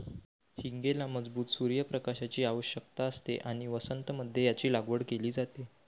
हींगेला मजबूत सूर्य प्रकाशाची आवश्यकता असते आणि वसंत मध्ये याची लागवड केली जाते